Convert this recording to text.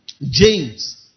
James